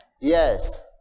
Yes